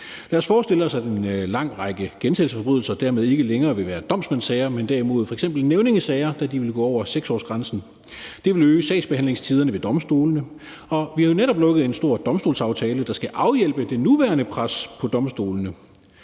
Lad os forestille os, at en lang række gentagelsesforbrydelser dermed ikke længere vil være domsmandssager, men derimod f.eks. nævningesager, da de vil gå over 6-årsgrænsen. Det vil øge sagsbehandlingstiderne ved domstolene, og vi har jo netop lukket en stor domstolsaftale, der skal afhjælpe det nuværende pres på domstolene.